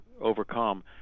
overcome